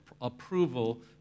approval